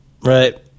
right